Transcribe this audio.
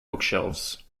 bookshelves